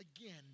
again